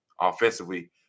offensively